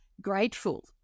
grateful